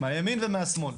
מהימין ומהשמאל.